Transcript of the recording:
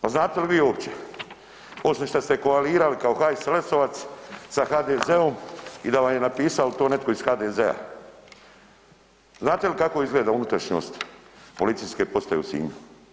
Pa znate li vi uopće osim što ste koalirali kao HSLS-ovac sa HDZ-om i da vam je napisao to netko iz HDZ-a, znate li kako izgleda unutrašnjost Policijske postaje u Sinju?